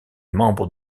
membres